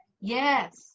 yes